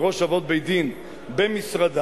וראש אבות בית-דין במשרדם,